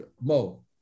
Mo